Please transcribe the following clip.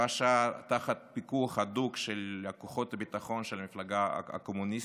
ובה שהה תחת פיקוח הדוק של כוחות הביטחון של המפלגה הקומוניסטית,